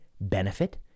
benefit